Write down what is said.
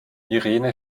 irene